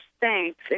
thanks